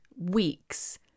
weeks